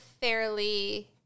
fairly